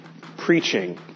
preaching